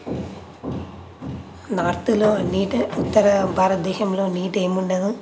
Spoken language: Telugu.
నార్త్లో నీట్ ఉత్తర భారతదేశంలో నీట్ ఏం ఉండదు